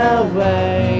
away